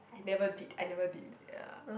I never did I never did ya